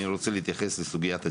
אני ארצה להתייחס לסוגיית הדיור.